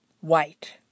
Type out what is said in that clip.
white